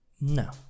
No